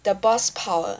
the boss 跑了